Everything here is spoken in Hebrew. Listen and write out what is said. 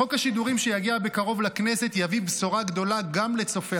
חוק השידורים שיגיע בקרוב לכנסת יביא בשורה גדולה גם לצופי